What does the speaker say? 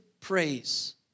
praise